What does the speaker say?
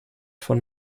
von